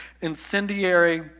incendiary